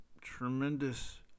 tremendous